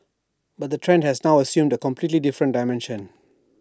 but the trend has now assumed A completely different dimension